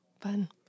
fun